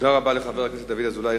תודה רבה לחבר הכנסת דוד אזולאי.